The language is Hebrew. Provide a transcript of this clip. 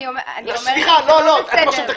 אני אומרת שזה לא בסדר.